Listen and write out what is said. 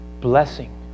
blessing